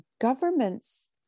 governments